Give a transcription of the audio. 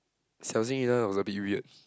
Xia Jing-Yi was a bit weird